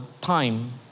time